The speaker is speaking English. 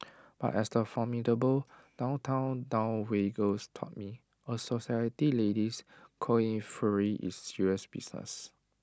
but as the formidable downtown dowagers taught me A society lady's coiffure is serious business